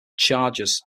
chargers